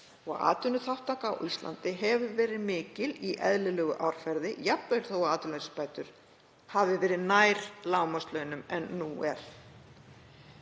Atvinnuþátttaka á Íslandi hefur verið mikil í eðlilegu árferði, jafnvel þó að atvinnuleysisbætur hafi verið nær lágmarkslaunum en nú er.